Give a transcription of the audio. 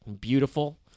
beautiful